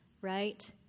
right